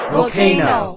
Volcano